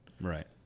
Right